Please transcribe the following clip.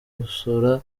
gukosora